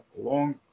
long